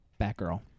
Batgirl